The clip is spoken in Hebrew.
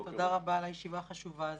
תודה רבה על הישיבה החשובה הזאת.